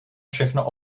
všechno